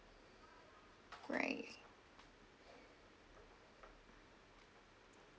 right